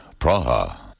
Praha